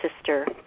Sister